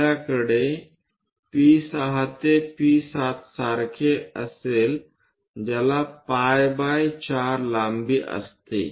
आपल्याकडे P6 ते P7 सारखे असेल ज्याला पाय बाय 4 लांबी असते